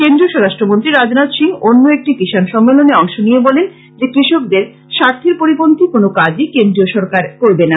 কেন্দ্রীয় স্বরাষ্ট্রমন্ত্রী রাজনাথ সিং অন্য একটি কিষান সম্মেলনে অংশ নিয়ে বলেন যে কৃষককদের স্বার্থের পরিপন্থি কোন কাজই কেন্দ্রীয় সরকার করবে না